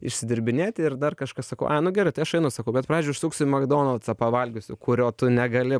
išsidirbinėti ir dar kažką sakau ai nu gerai tai aš einu sakau bet pradžioj užsuksiu į makdonaldsą pavalgysiu kurio tu negali